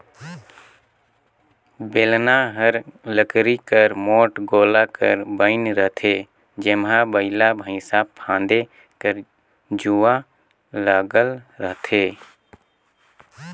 बेलना हर लकरी कर मोट गोला कर बइन रहथे जेम्हा बइला भइसा फादे कर जुवा लगल रहथे